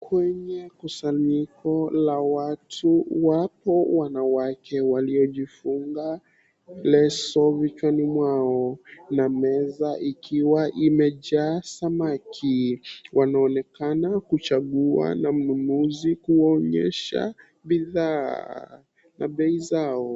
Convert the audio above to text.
Kwenye kusanyiko la watu wapo wanawake waliojifunga leso vichwani mwao, na meza ikiwa imejaa samaki. Wanaonekana kuchagua na mnunuzi kuwaonyesha bidhaa na bei zao.